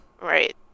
Right